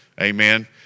Amen